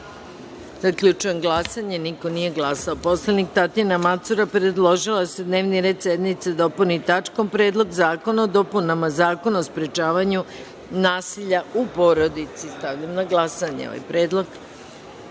predlog. Zaključujem glasanje: niko nije glasao. Poslanik Tatjana Macura predložila je da se dnevni red sednice dopuni tačkom – Predlog zakona o dopunama Zakona o sprečavanju nasilja u porodici. Stavljam na glasanje ovaj